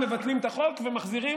מבטלים את החוק ומחזירים,